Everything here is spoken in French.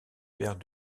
paire